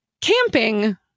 camping